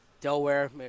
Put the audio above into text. Delaware